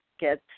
get